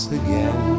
again